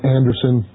Anderson